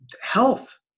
health